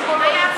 אנחנו מצביעים